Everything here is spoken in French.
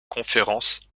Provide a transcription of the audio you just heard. conférences